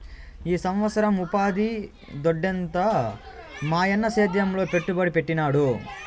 ఈ సంవత్సరం ఉపాధి దొడ్డెంత మాయన్న సేద్యంలో పెట్టుబడి పెట్టినాడు